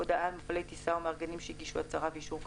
הודעה על מפעילי טיסה או מארגנים שהגישו הצהרה ואישור כאמור,